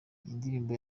ndirimbo